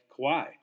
Kawhi